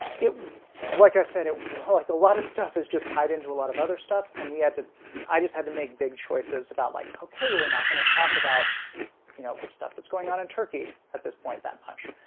it like i said it like a lot of stuff is just tied into a lot of other stuff and we had to i just had to make big choices about like okay, we're not going to talk about you know stuff that's going on in turkey at this point that much